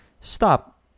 stop